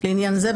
לעניין זה,